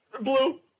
Blue